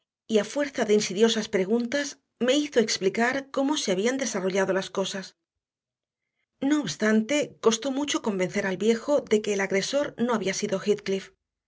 a fuerza de insidiosas preguntas me hizo explicar cómo se habían desarrollado las cosas no obstante costó mucho convencer al viejo de que el agresor no había sido